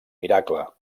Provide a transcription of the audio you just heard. miracle